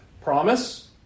promise